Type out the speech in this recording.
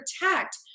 protect